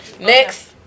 Next